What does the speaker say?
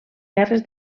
guerres